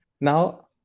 now